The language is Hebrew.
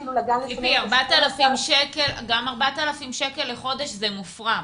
גם 4,000 שקלים לחודש זה מופרע.